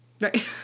Right